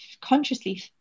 consciously